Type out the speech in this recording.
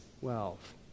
wealth